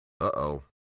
Uh-oh